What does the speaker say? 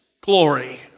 glory